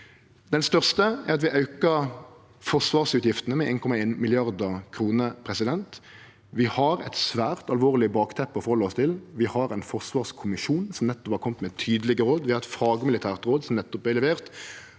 Den største er at vi aukar forsvarsutgiftene med 1,1 mrd. kr. Vi har eit svært alvorleg bakteppe å forhalde oss til. Vi har ein forsvarskommisjon som nettopp har kome med tydelege råd, vi har eit fagmilitært råd som nettopp vart levert,